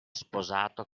sposato